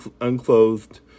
unclothed